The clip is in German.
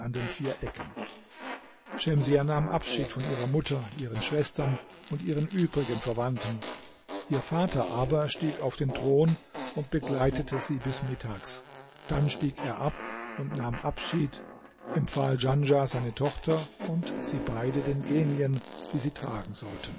vier ecken schemsiah nahm abschied von ihrer mutter ihren schwestern und ihren übrigen verwandten ihr vater aber stieg auf den thron und begleitete sie bis mittags dann stieg er ab und nahm abschied empfahl djanschah seine tochter und sie beide den genien die sie tragen sollten